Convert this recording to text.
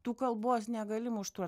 tu kalbos negali muštruot